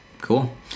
Cool